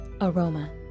Aroma